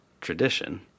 tradition